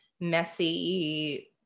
messy